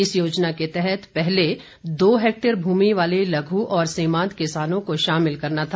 इस योजना के अंतर्गत पहले दो हेक्टेयर भूमि वाले लघु और सीमांत किसानों को शामिल करना था